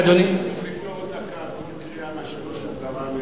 תוסיף לו עוד דקה משלוש הקריאות שהוא קרא.